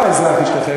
לא האזרח ישתחרר,